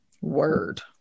Word